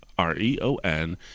r-e-o-n